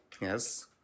Yes